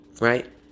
Right